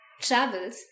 travels